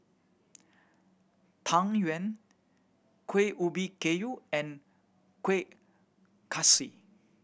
Tang Yuen Kuih Ubi Kayu and Kueh Kaswi